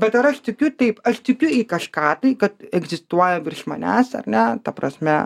bet ar aš tikiu taip aš tikiu į kažką tai kad egzistuoja virš manęs ar ne ta prasme